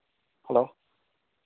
hello